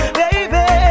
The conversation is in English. baby